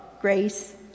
grace